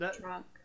drunk